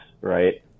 right